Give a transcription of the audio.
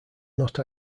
not